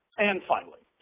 and finally,